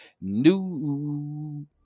new